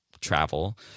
travel